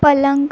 पलंग